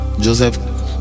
joseph